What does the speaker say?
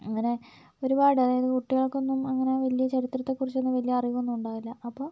അങ്ങനെ ഒരുപാട് അതായത് കുട്ടികൾക്കൊന്നും അങ്ങനെ വലിയ ചരിത്രത്തെ കുറിച്ചൊന്നും വലിയ അറിവൊന്നും ഉണ്ടാവില്ല അപ്പോൾ